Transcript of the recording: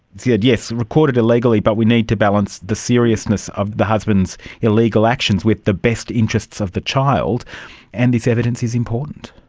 yes, recorded illegally but we need to balance the seriousness of the husband's illegal actions with the best interests of the child and this evidence is important.